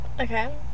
Okay